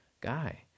guy